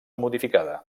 modificada